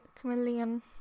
chameleon